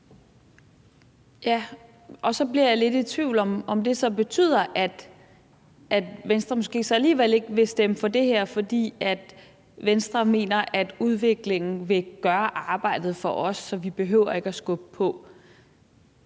om, om det så betyder, at Venstre alligevel ikke vil stemme for det her, fordi Venstre mener, at udviklingen vil gøre arbejdet for os, så vi ikke behøver at skubbe på.